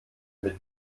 mit